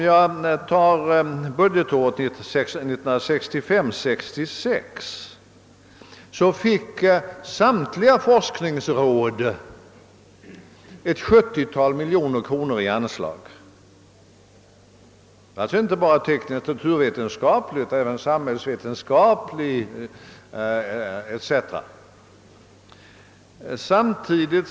Under budgetåret 1965/66 fick samtliga forskningsråd ungefär 70 miljoner kronor i anslag. Det gällde alltså inte bara teknisk-naturvetenskaplig utan även samhällsvetenskaplig och annan forskning.